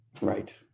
Right